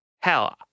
Hell